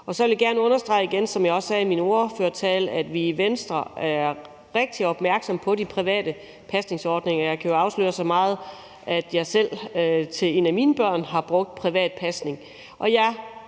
Og så vil jeg gerne igen understrege, at vi i Venstre, som jeg også sagde i min ordførertale, er rigtig opmærksomme på de private pasningsordninger. Jeg kan jo afsløre så meget, som at jeg selv har brugt privat pasning